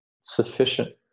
sufficient